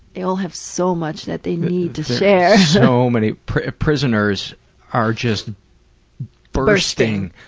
they all have so much that they need to share. so many prisoners are just bursting.